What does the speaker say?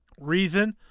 reason